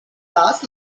last